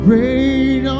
rain